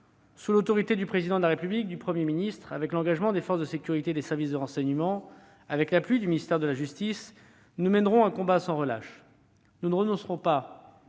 Sous l'autorité du Président de la République et du Premier ministre, avec l'engagement de l'ensemble des forces de sécurité et des services de renseignement, avec l'appui du ministère de la justice, nous mènerons un combat sans relâche. Nous ne renoncerons